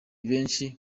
benshi